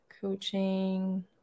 Coaching